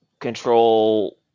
control